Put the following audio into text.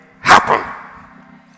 happen